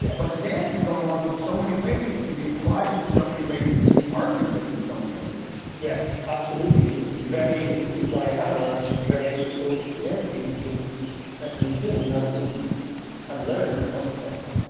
yeah but the dance could go wrong in so many ways, can be applied in so many ways. it could be argued with in so many ways yes, absolutely. it's it's very easy to play a hammer and it's very difficult to dance. you need to like to be skilled. you have to have learned how to dance.